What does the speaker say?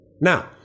Now